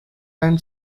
and